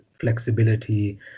flexibility